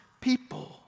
people